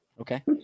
Okay